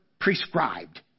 prescribed